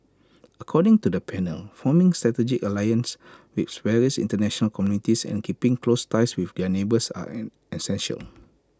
according to the panel forming strategic alliances with various International communities and keeping close ties with their neighbours are essential